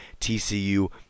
TCU